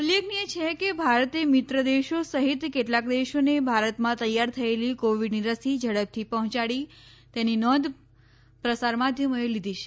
ઉલ્લેખનીય છે કે ભારતે મિત્ર દેશો સહિત કેટલાક દેશોને ભારતમાં તૈયાર થયેલી કોવિડની રસી ઝડપથી પહોંચાડી તેની નોંધ પ્રસાર માધ્યમોએ લીધી છે